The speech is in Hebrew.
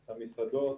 את המסעדות,